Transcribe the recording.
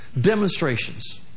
demonstrations